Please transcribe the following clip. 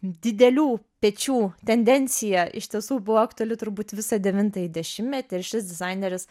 didelių pečių tendencija iš tiesų buvo aktuali turbūt visą devintąjį dešimtmetį ir šis dizaineris